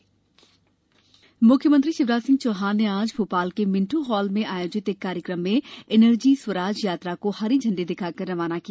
सौर यात्रा मुख्यमंत्री शिवराज सिंह चौहान ने आज भोपाल के मिंटो हॉल में आयोजित एक कार्यक्रम में एनर्जी स्वराज यात्रा को हरी झंडी दिखाकर रवाना किया